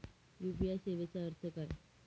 UPI सेवेचा अर्थ काय?